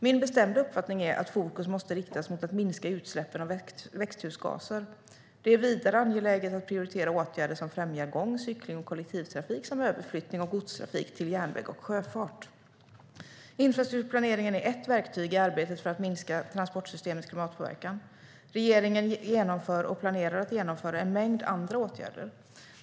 Min bestämda uppfattning är att fokus måste riktas mot att minska utsläppen av växthusgaser. Det är vidare angeläget att prioritera åtgärder som främjar gång, cykling och kollektivtrafik samt överflyttning av godstrafik till järnväg och sjöfart. Infrastrukturplaneringen är ett verktyg i arbetet för att minska transportsystemets klimatpåverkan. Regeringen genomför och planerar att genomföra en mängd andra åtgärder.